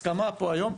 הסכמה פה היום,